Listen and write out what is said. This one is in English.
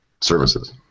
services